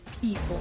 people